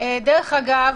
דרך אגב,